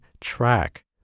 track